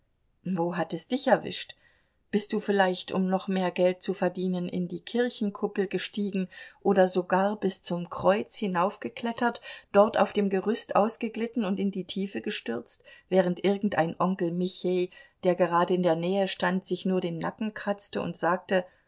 wo hat es dich erwischt bist du vielleicht um noch mehr geld zu verdienen in die kirchenkuppel gestiegen oder sogar bis zum kreuz hinaufgeklettert dort auf dem gerüst ausgeglitten und in die tiefe gestürzt während irgendein onkel michej der gerade in der nähe stand sich nur den nacken kratzte und sagte